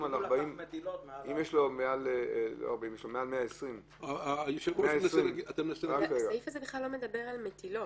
120. הסעיף הזה בכלל לא מדבר על העופות,